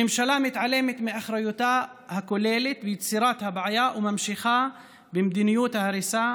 הממשלה מתעלמת מאחריותה הכוללת ביצירת הבעיה וממשיכה במדיניות ההריסה,